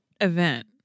Event